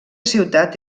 ciutat